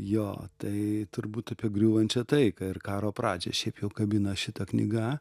jo tai turbūt apie griūvančią taiką ir karo pradžią šiaip jau kabina šita knyga